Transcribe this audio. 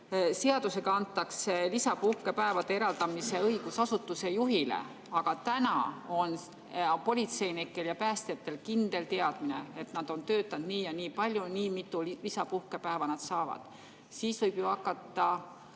seaduses lisapuhkepäevade eraldamise õigus asutuse juhile, aga praegu on politseinikel ja päästjatel kindel teadmine, et kui nad on töötanud nii ja nii palju, siis nii mitu lisapuhkepäeva nad saavad. Nüüd võib see ju hakata